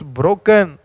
broken